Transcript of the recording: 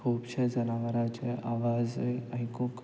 खुबशे जनावरांचे आवाजूय आयकूंक